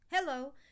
Hello